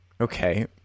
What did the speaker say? Okay